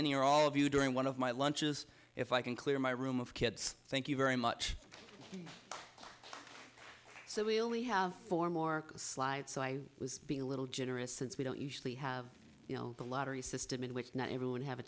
any or all of you during one of my lunches if i can clear my room of kids thank you very much so we only have four more slides so i was being a little generous since we don't usually have you know the lottery system in which not everyone have a